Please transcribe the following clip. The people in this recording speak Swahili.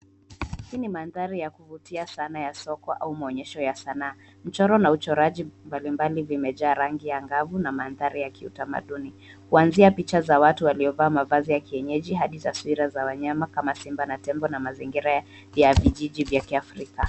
Hii ni mandhari ya kuvutia sana ya soko au maonyesho ya sanaa. Michoro na uchoraji mbalimbali vimejaa rangi angavu na mandhari ya kiutamaduni kuanzia picha za watu waliovaa mavazi ya kienyeji hadi taswira za wanyama kama simba na tembo na mazingira ya vijiji vya kiafrika.